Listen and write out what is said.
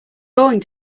going